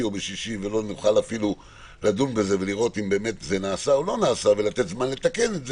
או בשישי ואז לא נוכל לדון בזה ולראות אם באמת זה נעשה ולתת זמן לתקן,